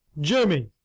Jimmy